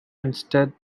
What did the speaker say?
instead